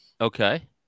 Okay